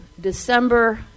December